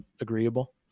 agreeable